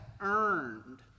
earned